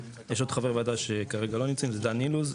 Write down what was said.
יש עוד חברי וועדה שכרגע לא נמצאים דן אילוז,